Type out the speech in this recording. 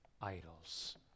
idols